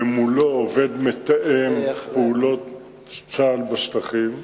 ועובד מולו מתאם פעולות צה"ל בשטחים.